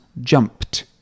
jumped